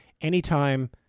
anytime